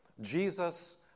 Jesus